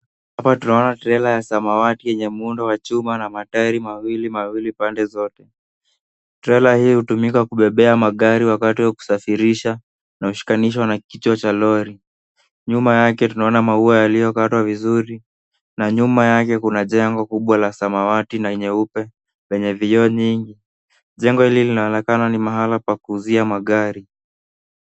Hapa tunaona trela ya samawati yenye muundo wa chuma na taeri mawili mawili upande zote. Trela hii hutumika kupepea magri wakati kusafirisha na kushikaniswa na kichwa cha lori. Nyuma yake tunaona maua iliokatwa vizuri na nyuma yake kuna jengo kubwa ya samawati na nyeupe venye vioo nyingi. Jengo hili linaonekana ni mahala pa kuuzia magari.